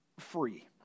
free